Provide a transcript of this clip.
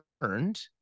learned